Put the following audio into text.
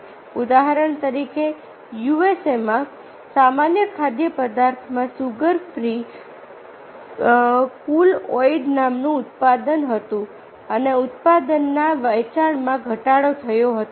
ઉદાહરણ તરીકે યુએસએમાં સામાન્ય ખાદ્યપદાર્થોમાં સુગર ફ્રી કૂલ એઇડ નામનું ઉત્પાદન હતું અને ઉત્પાદનના વેચાણમાં ઘટાડો થયો હતો